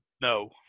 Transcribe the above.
no